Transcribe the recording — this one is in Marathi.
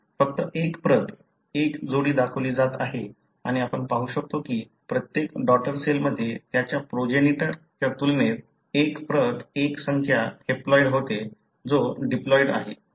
फक्त एक प्रत एक जोडी दाखवली जात आहे आणि आपण पाहू शकतो की प्रत्येक डॉटर सेल मध्ये त्याच्या प्रोजेनीटर च्या तुलनेत एक प्रत एक संख्या हॅप्लॉइड होते जो डिप्लॉइड् आहे